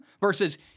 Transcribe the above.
versus